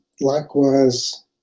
likewise